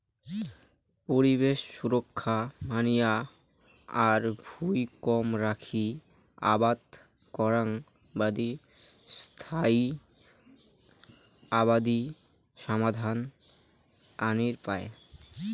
পরিবেশ সুরক্ষা মানিয়া আর ভুঁই কম রাখি আবাদ করাং বাদি স্থায়ী আবাদি সমাধান আনির পায়